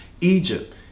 Egypt